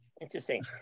Interesting